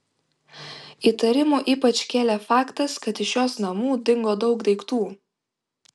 įtarimų ypač kėlė faktas kad iš jos namų dingo daug daiktų